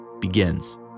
begins